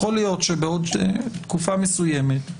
יכול להיות שבעוד תקופה מסוימת,